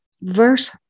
Verse